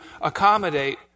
accommodate